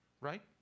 right